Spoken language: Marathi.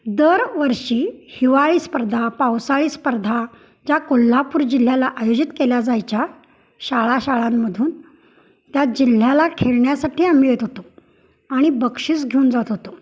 दरवर्षी हिवाळी स्पर्धा पावसाळी स्पर्धा ज्या कोल्हापूर जिल्ह्याला आयोजित केल्या जायच्या शाळा शाळांमधून त्या जिल्ह्याला खेळण्यासाठी आम्ही येत होतो आणि बक्षीस घेऊन जात होतो